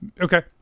Okay